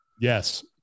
Yes